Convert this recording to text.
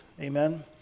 amen